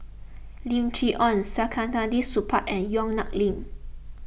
Lim Chee Onn Saktiandi Supaat and Yong Nyuk Lin